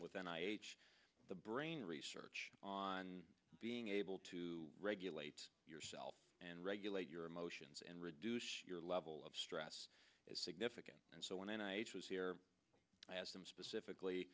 then i h the brain research on being able to regulate yourself and regulate your emotions and reduce your level of stress is significant and so when i was here i asked him specifically